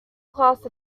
class